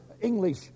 English